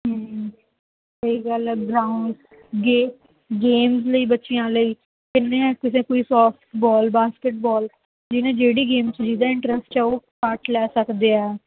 ਹੂੰ ਸਹੀ ਗੱਲ ਹੈ ਗਰਾਊਂਡ ਗੇ ਗੇਮਸ ਲਈ ਬੱਚਿਆਂ ਲਈ ਕਿੰਨੇ ਕਿਸੇ ਕੋਈ ਸੋਫਟ ਬਾਲ ਬਾਸਕਿਟ ਬਾਲ ਜਿਹਨੂੰ ਜਿਹੜੀ ਗੇਮ 'ਚ ਵੀ ਇੰਟਰਸਟ ਆ ਉਹ ਪਾਰਟ ਲੈ ਸਕਦੇ ਆ